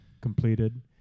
completed